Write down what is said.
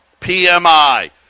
PMI